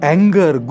Anger